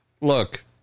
look